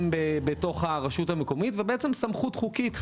בתוך הרשות המקומית ובעצם סמכות חוקית.